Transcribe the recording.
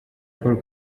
paul